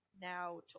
now